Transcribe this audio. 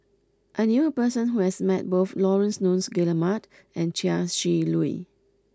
I knew a person who has met both Laurence Nunns Guillemard and Chia Shi Lu